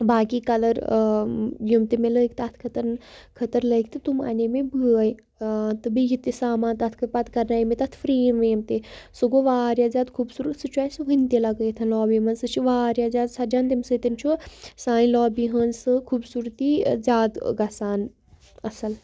باقٕے کَلَر یِم تہِ مےٚ لٔگۍ تَتھ خٲطرٕ خٲطرٕ لٔگۍ تہٕ تِم اَنے مےٚ بٲے تہٕ بیٚیہِ یہِ تہِ سامان تَتھ خٲ پَتہٕ کَرنایے مےٚ تَتھ فرٛیم ویم تہِ سُہ گوٚو واریاہ زیادٕ خوٗبصوٗرت سُہ چھِ اَسہِ وٕنۍ تہِ لَگٲوِتھ لابی منٛز سُہ چھِ واریاہ زیادٕ سَجان تمہِ سۭتۍ چھُ سانہِ لابی ہِنٛز سُہ خوٗبصوٗرتی زیادٕ گژھان اَصٕل